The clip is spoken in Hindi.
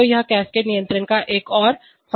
तो यह कैसकेड नियंत्रण का एक और फायदा है